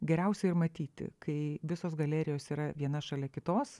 geriausia ir matyti kai visos galerijos yra viena šalia kitos